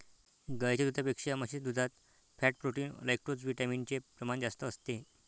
गाईच्या दुधापेक्षा म्हशीच्या दुधात फॅट, प्रोटीन, लैक्टोजविटामिन चे प्रमाण जास्त असते